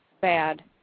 bad